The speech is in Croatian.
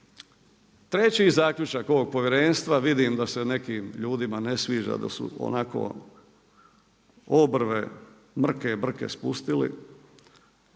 Treći je zaključak ovog povjerenstva, vidim da se nekim ljudima ne sviđa, da su onako obrve mrke i brke spustili,